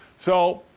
so,